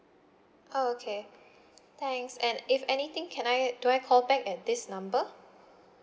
oh okay thanks and if anything can I do I call back at this number